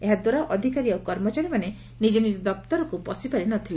ଯାହାଦ୍ୱାରା ଅଧିକାରୀ ଆଉ କର୍ମଚାରୀମାନେ ନିଜ ନିଜ ଦପ୍ତରକୁ ପଶିପାରି ନ ଥିଲେ